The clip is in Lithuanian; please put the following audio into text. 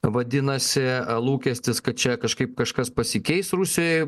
vadinasi lūkestis kad čia kažkaip kažkas pasikeis rusijoj